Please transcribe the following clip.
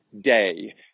day